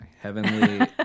heavenly